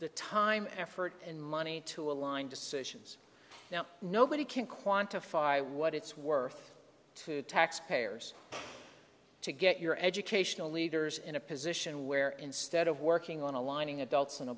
the time effort and money to align decisions now nobody can quantify what it's worth to taxpayers to get your educational leaders in a position where instead of working on aligning adults on a